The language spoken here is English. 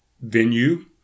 venue